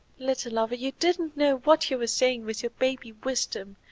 little lover, you didn't know what you were saying with your baby wisdom,